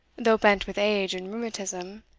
though bent with age and rheumatism,